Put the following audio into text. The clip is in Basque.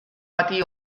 bati